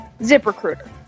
ZipRecruiter